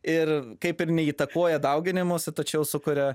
ir kaip ir neįtakoja dauginimosi tačiau sukuria